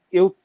eu